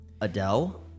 adele